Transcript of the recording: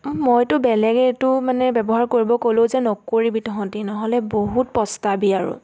মইতো বেলেগ এইটো মানে ব্যৱহাৰ কৰিব ক'লোঁ যে নকৰিবি তহঁতি নহ'লে বহুত পষ্টাবি আৰু